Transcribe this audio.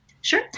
Sure